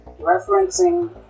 Referencing